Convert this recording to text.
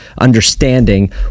understanding